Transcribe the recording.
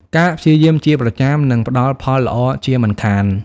ការព្យាយាមជាប្រចាំនឹងផ្តល់ផលល្អជាមិនខាន។